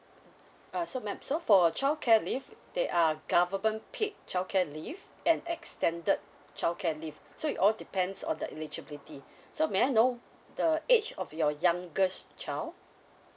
uh so mam so for childcare leave they are government paid childcare leave and extended childcare leave so it all depends on the eligibility so may I know the age of your youngest child